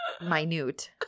minute